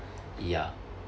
ya